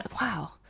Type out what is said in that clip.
wow